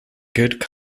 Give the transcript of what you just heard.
good